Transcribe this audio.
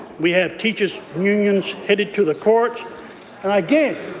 we have teachers' unions headed to the courts and, again,